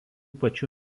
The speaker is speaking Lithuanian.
pačių